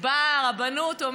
באה הרבנות,